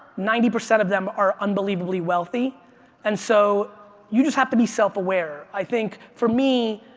ninety percent of them are unbelievably wealthy and so you just have to be self-aware. i think, for me,